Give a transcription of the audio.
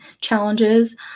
challenges